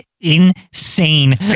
insane